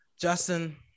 Justin